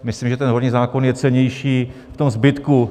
Myslím, že horní zákon je cennější v tom zbytku.